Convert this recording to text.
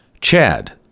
Chad